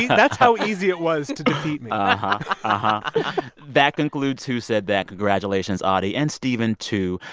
that's how easy it was to defeat me but that concludes who said that? congratulations, audie, and stephen, too.